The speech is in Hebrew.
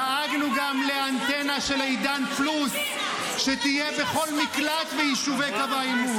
דאגנו גם לאנטנה של עידן פלוס שתהיה בכל מקלט ביישובי קו העימות.